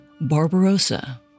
Barbarossa